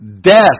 death